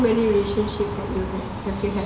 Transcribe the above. how many relationship have you had